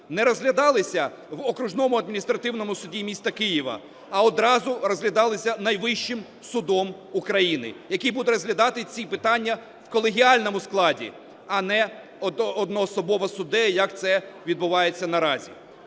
не розглядалися в окружному адміністративному суді міста Києва, а одразу розглядалися найвищим судом України, який буде розглядати ці питання в колегіальному складі, а не одноособово суддею, як це відбувається наразі.